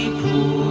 pool